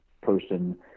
person